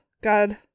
God